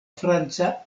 franca